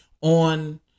on